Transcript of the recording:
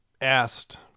asked